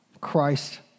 Christ